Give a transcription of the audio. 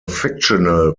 fictional